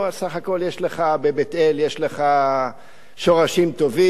סך הכול יש לך בבית-אל שורשים טובים,